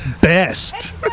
best